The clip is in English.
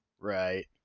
Right